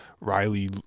Riley